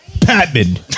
Patman